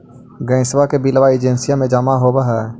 गैसवा के बिलवा एजेंसिया मे जमा होव है?